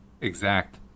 exact